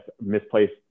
misplaced